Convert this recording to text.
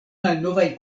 malnovaj